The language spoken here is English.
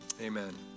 Amen